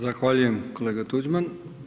Zahvaljujem kolega Tuđman.